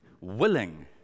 willing